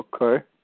Okay